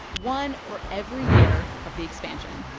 one for every year of the expansion